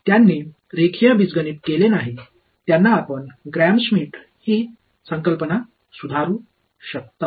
எனவே linear algebra செய்யாத சிலருக்கு கிராம் ஷ்மிட்டின் இந்த கருத்தை நீங்கள் திருத்தலாம்